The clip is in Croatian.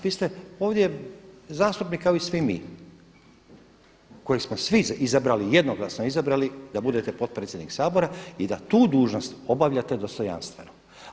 Vi ste ovdje zastupnik kao i svi mi koji smo vas svi izabrali jednoglasno izabrali da budete potpredsjednik Sabora i da tu dužnost obavljate dostojanstveno.